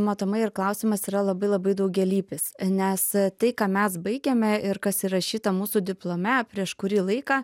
matomai ir klausimas yra labai labai daugialypis nes tai ką mes baigiame ir kas įrašyta mūsų diplome prieš kurį laiką